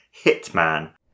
Hitman